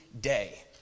day